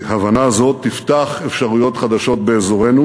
שהבנה זאת תפתח אפשרויות חדשות באזורנו.